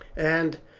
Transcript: and,